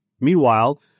Meanwhile